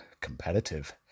competitive